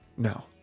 no